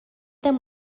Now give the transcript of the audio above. them